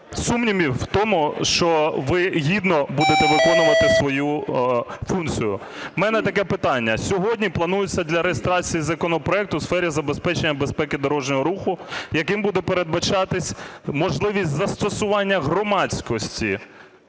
сумнівів в тому, що ви гідно будете виконувати свою функцію. У мене таке питання. Сьогодні планується для реєстрації законопроект у сфері забезпечення безпеки дорожнього руху, яким буде передбачатись можливість застосування громадськості